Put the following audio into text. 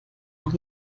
noch